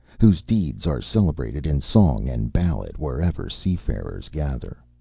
whose deeds are celebrated in song and ballad wherever seafarers gather.